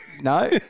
No